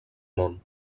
món